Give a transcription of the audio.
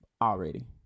Already